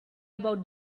about